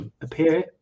appear